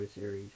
series